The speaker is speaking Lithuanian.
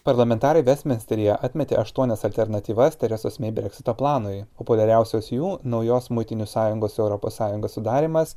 parlamentarai vestminsteryje atmetė aštuonias alternatyvas teresos mei breksito planui populiariausios jų naujos muitinių sąjungos europos sąjungos sudarymas